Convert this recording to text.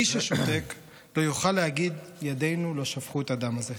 מי ששותק לא יוכל להגיד "ידינו לא שפכו את הדם הזה".